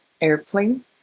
airplane